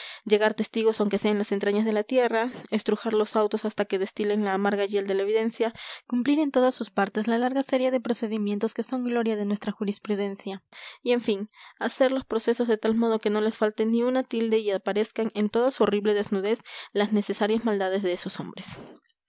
llegar testigos aunque sea en las entrañas de la tierra estrujar los autos hasta que destilen la amarga hiel de la evidencia cumplir en todas sus partes la larga serie de procedimientos que son gloria de nuestra jurisprudencia y en fin hacer los procesos de tal modo que no les falte ni una tilde y aparezcan en toda su horrible desnudez las necesarias maldades de esos hombres